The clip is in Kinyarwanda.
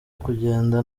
kugenda